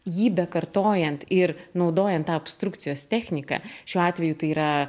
jį bekartojant ir naudojant tą obstrukcijos techniką šiuo atveju tai yra